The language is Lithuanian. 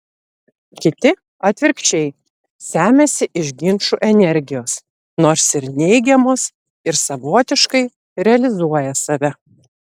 kiti atvirkščiai semiasi iš ginčų energijos nors ir neigiamos ir savotiškai realizuoja save